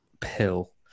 pill